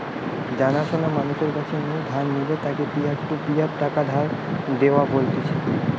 জানা শোনা মানুষের কাছ নু ধার নিলে তাকে পিয়ার টু পিয়ার টাকা ধার দেওয়া বলতিছে